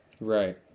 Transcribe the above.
Right